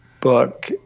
book